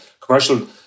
commercial